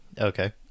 Okay